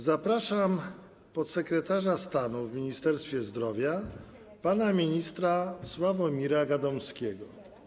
Zapraszam podsekretarza stanu w Ministerstwie Zdrowia pana ministra Sławomira Gadomskiego.